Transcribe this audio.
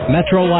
Metro